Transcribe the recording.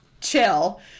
chill